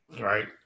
Right